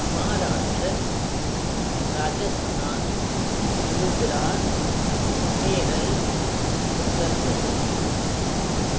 Maharashtra Rajasthan Gujarat Kerala Uttar Pradesh